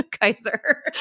Kaiser